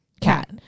Cat